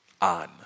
on